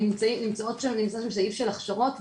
נמצאות שם סעיף של הכשרות,